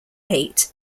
eight